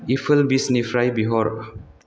Apple बिसनिफ्राय बिहर